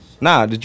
Nah